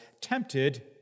tempted